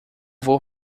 vou